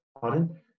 pardon